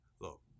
Look